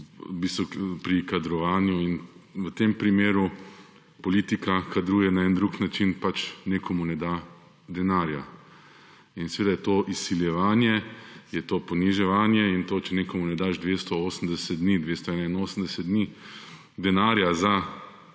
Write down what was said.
politike pri kadrovanju in v tem primeru politika kadruje na en drug način, pač nekomu ne da denarja in seveda to izsiljevanje je to poniževanje in to, če nekomu ne daš 280 dni, 281 dni denarja za